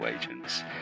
agents